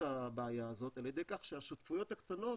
הבעיה הזאת על ידי כך שהשותפויות הקטנות,